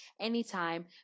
anytime